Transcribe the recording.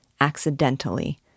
accidentally